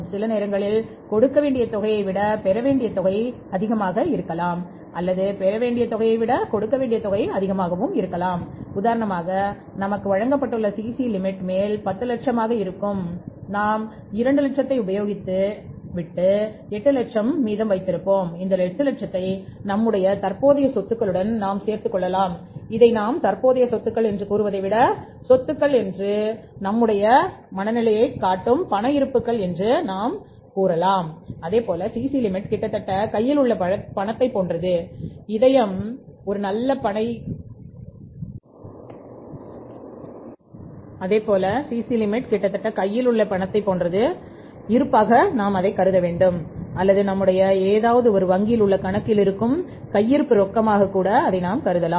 சில நேரங்களில் கொடுக்க வேண்டிய தொகையை விட பெற வேண்டிய தொகை அதிகமாக இருக்கலாம் அல்லது பெற வேண்டிய தொகையை விட கொடுக்க வேண்டிய தொகை அதிகமாகவும் இருக்கலாம் உதாரணமாக நமக்கு வழங்கப்பட்டுள்ள சிசி நாம் சேர்த்துக் கொள்ளலாம் இதை நாம் தற்போதைய சொத்துக்கள் என்று கூறுவதைவிட சொத்துக்கள் அல்லது நம்முடைய மனநிலையை காட்டும் பணம் இருப்புகள் என்று நாம் கூறலாம்